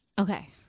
Okay